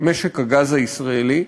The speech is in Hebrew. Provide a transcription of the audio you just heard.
משק הגז הישראלי.